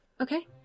Okay